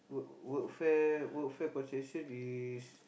work workfare workfare concession is